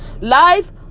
Life